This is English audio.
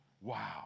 Wow